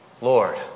Lord